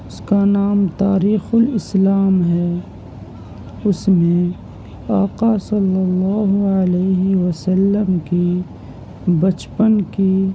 اس کا نام تاریخ الاسلام ہے اس میں آقا صلی اللہ علیہ وسلم کی بچپن کی